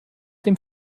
dem